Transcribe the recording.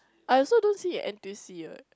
I also don't see at n_t_u_c [what]